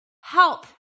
help